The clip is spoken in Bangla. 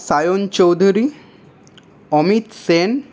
সায়ন চৌধুরী অমিত সেন